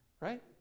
Right